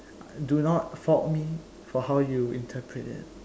do not fault me for how you interpret it